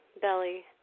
belly